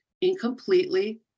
incompletely